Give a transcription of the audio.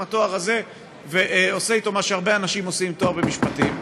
התואר הזה ועושה מה שהרבה אנשים עושים עם תואר במשפטים.